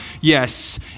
Yes